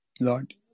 Lord